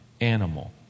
animal